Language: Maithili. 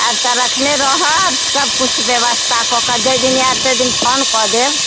आयब तऽ रखने रहब सभकुछ व्यवस्था कऽ कऽ जाहि दिन आयब ताहि दिन फोन कऽ देब